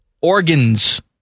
organs